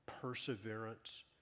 perseverance